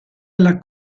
alla